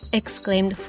exclaimed